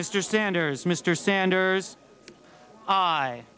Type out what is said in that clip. mr sanders mr sanders